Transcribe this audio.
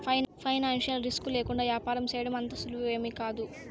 financial risk లేకుండా యాపారం సేయడం అంత సులువేమీకాదు